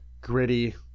gritty